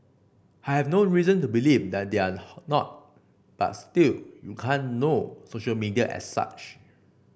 I have no reason to believe that they are not but still you can't know social media as such